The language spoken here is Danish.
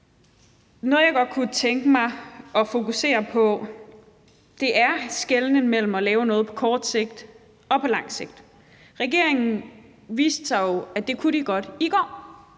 Noget, jeg godt kunne tænke mig at fokusere på, er en skelnen mellem at lave noget på kort sigt og på lang sigt. Regeringen viste så i går, at det kunne de godt. Der